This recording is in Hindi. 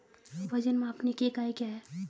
वजन मापने की इकाई क्या है?